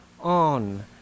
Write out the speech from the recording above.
on